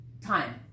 time